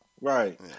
Right